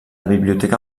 biblioteca